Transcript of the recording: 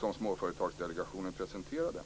som Småföretagsdelegationen presenterade.